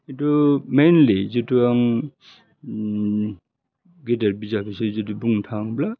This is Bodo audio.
खिन्थु मेइनलि जितु आं गेदेर बिजाबनि सायाव जुदि बुंनो थाङोब्ला